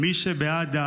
מי שבעד,